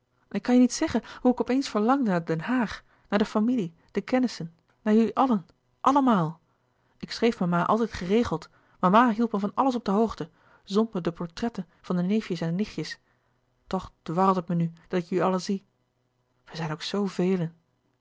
ik kan je niet zeggen hoe ik op eens verlangde naar den haag naar de familie de kennissen naar jullie allen allemaal ik schreef mama altijd geregeld mama hield me van alles op de hoogte zond me de portretten van de neefjes en nichtjes toch dwarrelt het me nu dat ik jullie allen zie wij zijn ook zoovelen